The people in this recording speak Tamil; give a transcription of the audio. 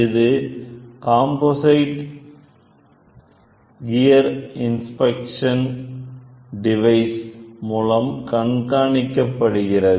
இது காம்போசைட் கிர் இன்ஸ்பெக்சன் டிவைஸ் மூலம் கண்காணிக்கப்படுகிறது